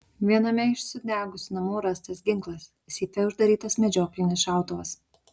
viename iš sudegusių namų rastas ginklas seife uždarytas medžioklinis šautuvas